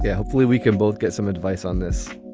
yeah hopefully we can both get some advice on this